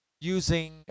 using